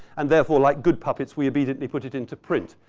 and therefore, like good puppets, we obediently put it into print.